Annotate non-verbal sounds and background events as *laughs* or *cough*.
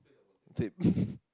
tape *laughs*